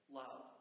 love